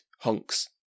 Hunks